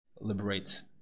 liberates